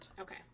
okay